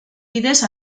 bidez